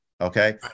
Okay